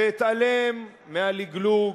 ואתעלם מהלגלוג.